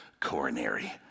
coronary